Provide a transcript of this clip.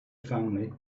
family